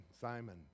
Simon